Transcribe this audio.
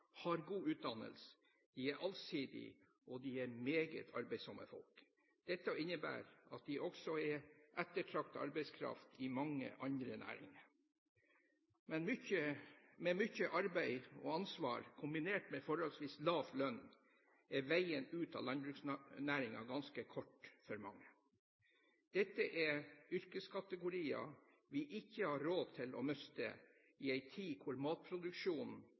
har god utdannelse, de er allsidige og meget arbeidsomme folk. Dette innbærer at de også er ettertraktet arbeidskraft i mange andre næringer. Med mye arbeid og ansvar, kombinert med forholdsvis lav lønn, er veien ut av landbruksnæringen ganske kort for mange. Dette er yrkeskategorier som vi ikke har råd til å miste i en tid